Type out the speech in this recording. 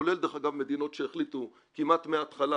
כולל דרך אגב מדינות שהחליטו כמעט מההתחלה